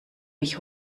mich